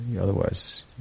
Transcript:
Otherwise